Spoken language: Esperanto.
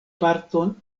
parton